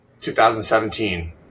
2017